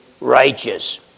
righteous